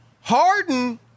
Harden